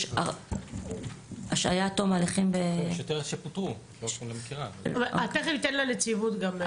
יש את אלה שפוטרו --- תכף ניתן לנציבות גם.